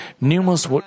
numerous